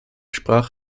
sprach